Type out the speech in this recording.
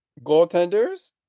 goaltenders